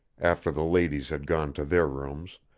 after the ladies had gone to their rooms,